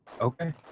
Okay